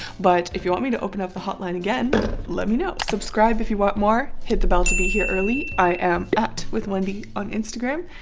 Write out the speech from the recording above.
but if you want me to open up the hotline again let me know subscribe if you want more. hit the bell to be here early i am withwendy on instagram,